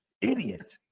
Idiot